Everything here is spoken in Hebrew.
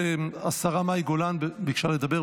השרה מאי גולן ביקשה לדבר,